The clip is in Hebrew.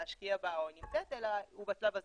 להשקיע בה או היא נמצאת אלא הוא בשלב הזה.